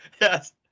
yes